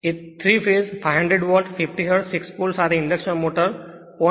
એ 3 phase 500 volt 50 hertz 6 pole સાથે induction motor 0